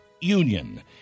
Union